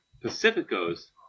Pacifico's